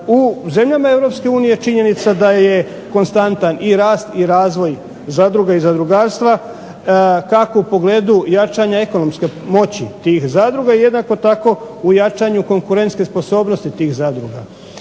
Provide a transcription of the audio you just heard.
U zemljama Europske unije činjenica je da je konstantan i rast i razvoj zadruga i zadrugarstva kako u pogledu jačanja ekonomske moći tih zadruga, jednako tako u jačanju konkurentske sposobnosti tih zadruga.